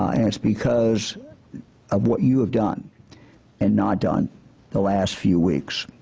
ah and it's because of what you have done and not done the last few weeks.